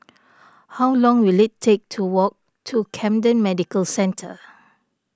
how long will it take to walk to Camden Medical Centre